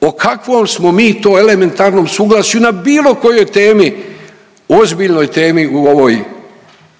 o kakvom smo mi to elementarnom suglasju na bilo kojoj temi, ozbiljnoj temi u ovoj